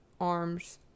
arms